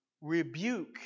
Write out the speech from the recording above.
rebuke